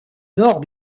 nord